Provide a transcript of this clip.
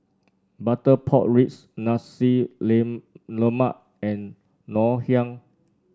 Butter Pork Ribs Nasi Lemak and Ngoh Hiang